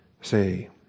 Say